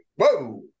whoa